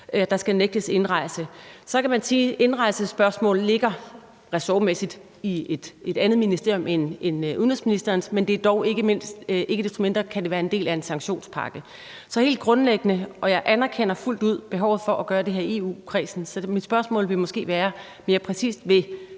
der skal nægtes indrejse. Så kan man sige, at indrejsespørgsmålet ressortmæssigt ligger i et andet ministerium end udenrigsministerens, men ikke desto mindre kan det være en del af en sanktionspakke. Jeg anerkender fuldt ud behovet for at gøre det her i EU-kredsen, så mit spørgsmål vil måske mere præcist være: